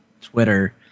Twitter